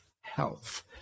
health